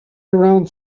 around